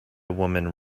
woman